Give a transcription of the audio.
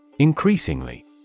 Increasingly